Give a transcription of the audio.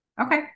Okay